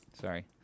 Sorry